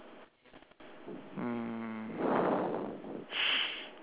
mm